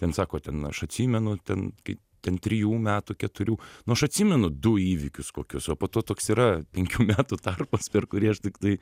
ten sako ten aš atsimenu ten kaip ten trijų metų keturių nu aš atsimenu du įvykius kokius o po to toks yra penkių metų tarpas per kurį aš tiktai